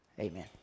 amen